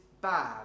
bad